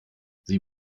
sie